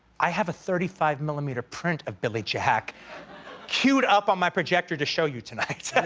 i have a thirty five millimeter print of billy jack cued up on my projector to show you tonight.